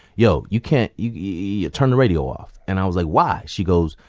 yo, you can't you turn the radio off. and i was like, why? she goes,